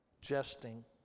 jesting